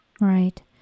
Right